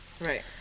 Right